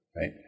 Right